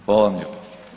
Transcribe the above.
Hvala vam lijepa.